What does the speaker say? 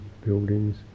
buildings